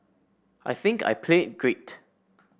I think I played great